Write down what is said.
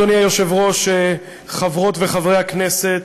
אדוני היושב-ראש, חברות וחברי הכנסת,